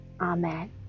amen